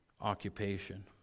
occupation